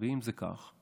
ואם זה כך,